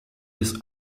his